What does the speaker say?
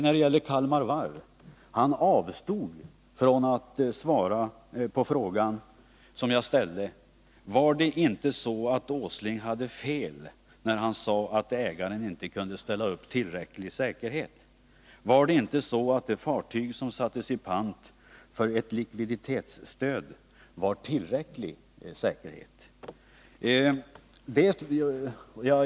När det gällde Kalmar Varv avstod Bertil Fiskesjö från att svara på den fråga som jag ställde: Hade inte industriminister Åsling fel när han sade att ägaren inte kunde ställa upp tillräcklig säkerhet? Var inte det fartyg som sattes i pant för ett likviditetsstöd en tillräcklig säkerhet?